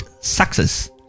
success